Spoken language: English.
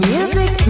Music